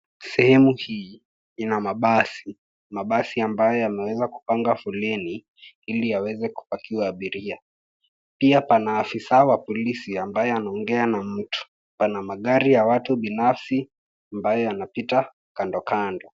Sehemu hii ina mabasi, mabasi ambayo yameweza kupanga foleni ili yaweze kupakiwe abiria, pia pana afisa wa polisi ambaye anaongea na mtu. Pana magari ya watu binafsi ambayo yanapita kando kando.